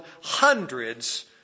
hundreds